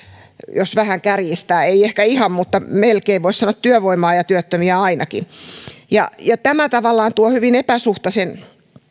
jos vähän kärjistää ei ehkä ihan mutta melkein voi sanoa työvoimaa ja työttömiä ainakin ja ja tämä tavallaan tuo hyvin epäsuhtaisen